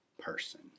person